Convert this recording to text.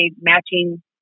matching